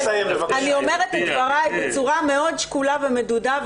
אני אומרת את דבריי בצורה מאוד שקולה ומדודה.